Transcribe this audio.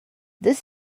this